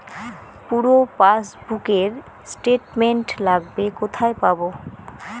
পুরো পাসবুকের স্টেটমেন্ট লাগবে কোথায় পাব?